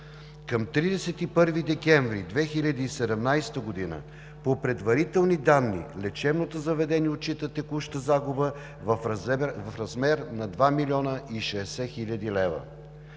Към 31 декември 2017 г. по предварителни данни лечебното заведение отчита текуща загуба в размер на 2 060 000 лв.